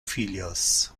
filios